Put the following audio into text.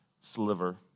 sliver